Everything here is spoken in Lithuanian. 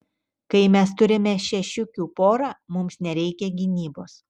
kai mes turime šešiukių porą mums nereikia gynybos